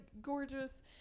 gorgeous